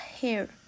hair